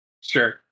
Sure